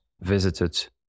visited